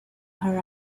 her